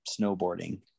snowboarding